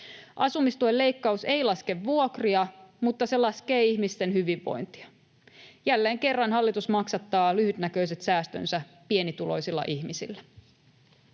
Asumistuen leikkaus ei laske vuokria, mutta se laskee ihmisten hyvinvointia. Jälleen kerran hallitus maksattaa lyhytnäköiset säästönsä pienituloisilla ihmisillä.